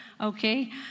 okay